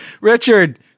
Richard